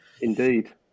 Indeed